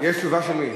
יש תשובה של מי?